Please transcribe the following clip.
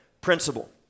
principle